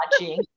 watching